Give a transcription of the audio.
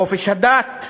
חופש הדת,